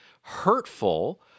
hurtful